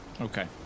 Okay